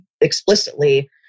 explicitly